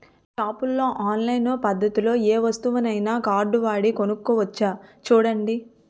షాపుల్లో ఆన్లైన్ పద్దతిలో ఏ వస్తువునైనా కార్డువాడి కొనుక్కోవచ్చు చూడండి